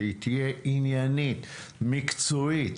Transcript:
ושהיא תהיה עניינית ומקצועית.